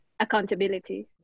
accountability